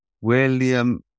William